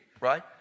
right